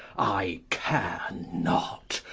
i care not,